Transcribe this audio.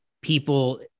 people